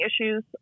issues